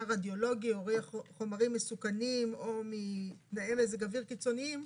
רדיולוגי או חומרים מסוכנים או מתנאי מזג אוויר קיצוניים,